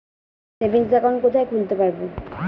Savings account কোথায় খুলতে পারব?